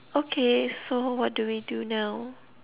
okay so what do we do now